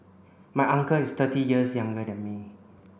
my uncle is thirty years younger than me